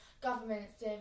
governments